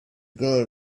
girl